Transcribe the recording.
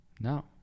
No